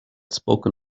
spoken